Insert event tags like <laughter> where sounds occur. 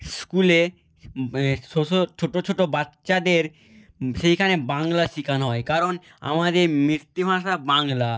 স্কুলে <unintelligible> ছোটো ছোটো বাচ্চাদের সেইখানে বাংলা শেখানো হয় কারণ আমাদের মাতৃভাষা বাংলা